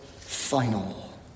final